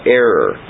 error